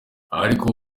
ariko